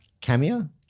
cameo